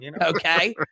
Okay